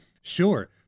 sure